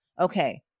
Okay